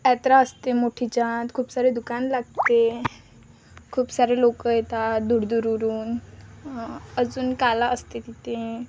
यात्रा असते मोठीच्या खूप सारे दुकान लागते खूप सारे लोक येतात दूरदूरून अजून काला असते तिथे